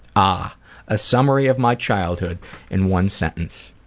ah a summary of my childhood in one sentence.